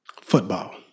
Football